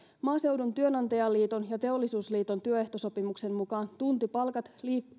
maaseudun työnantajaliiton ja teollisuusliiton työehtosopimuksen mukaan tuntipalkat